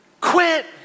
quit